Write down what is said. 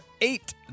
eight